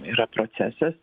yra procesas